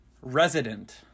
Resident